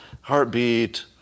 heartbeat